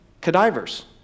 cadavers